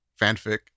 fanfic